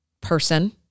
person